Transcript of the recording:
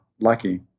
lucky